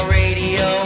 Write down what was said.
radio